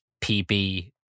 PB